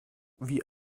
wie